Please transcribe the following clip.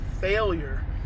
failure